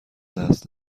دست